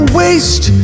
waste